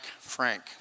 Frank